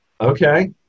okay